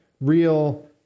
real